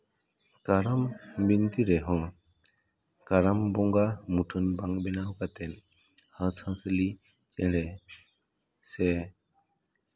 ᱠᱟᱨᱟᱢ ᱵᱤᱱᱛᱤ ᱨᱮᱦᱚᱸ ᱠᱟᱨᱟᱢ ᱵᱚᱸᱜᱟ ᱢᱩᱴᱷᱟᱹᱱ ᱵᱟᱝ ᱵᱮᱱᱟᱣ ᱠᱟᱛᱮᱫ ᱦᱟᱸᱥᱼᱦᱟᱸᱥᱞᱤ ᱪᱮᱬᱮ ᱥᱮ